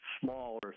Smaller